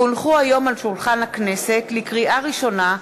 כי הונחו היום על שולחן הכנסת, לקריאה ראשונה,